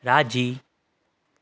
राज़ी